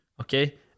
Okay